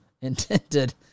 intended